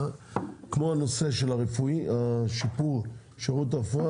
כמו הנושא של שיפור שירות הרפואה,